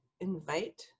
invite